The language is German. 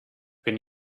wenn